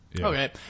Okay